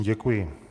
Děkuji.